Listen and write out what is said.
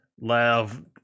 Love